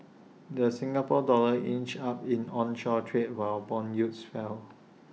the Singapore dollar inched up in onshore trade while Bond yields fell